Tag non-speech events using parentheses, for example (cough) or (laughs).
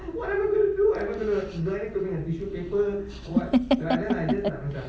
(laughs)